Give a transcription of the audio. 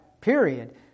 period